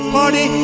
party